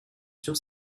sur